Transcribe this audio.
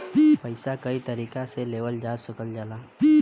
पइसा कई तरीका से लेवल जा सकल जाला